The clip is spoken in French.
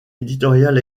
éditorial